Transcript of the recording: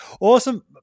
Awesome